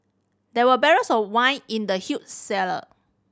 there were barrels of wine in the huge cellar